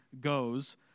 goes